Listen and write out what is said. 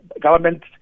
government